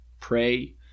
pray